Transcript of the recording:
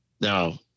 now